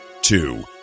Two